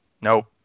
Nope